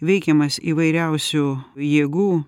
veikiamas įvairiausių jėgų